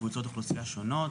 וקבוצות אוכלוסייה שונות,